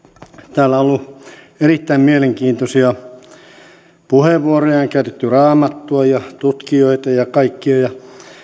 täällä on ollut erittäin mielenkiintoisia puheenvuoroja on on käytetty raamattua ja tutkijoita ja kaikkia